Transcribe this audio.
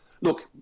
Look